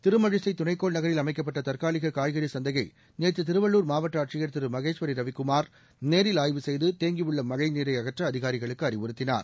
திருமழிசை துணைக்கோள் நகரில் அமைக்கப்பட்ட தற்காலிக காய்கறி சந்தையை நேற்று திருவள்ளூர் மாவட்ட ஆட்சியர் திருமகேஸ்வரி ரவிக்குமார் நேரில் ஆய்வு செய்து தேங்கியுள்ள மழைநீரை அகற்ற அதிகாரிகளுக்கு அறிவுறுத்தினார்